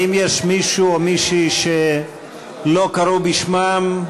האם יש מישהו או מישהי שלא קראו בשמם,